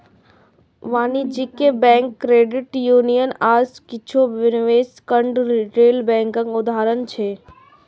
वाणिज्यिक bank, credit union आ किछु निवेश फंड रिटेल बैंकक उदाहरण छियै